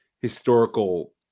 historical